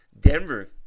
Denver